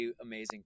amazing